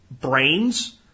brains